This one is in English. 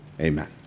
amen